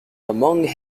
among